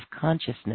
consciousness